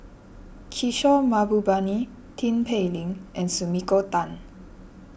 Kishore Mahbubani Tin Pei Ling and Sumiko Tan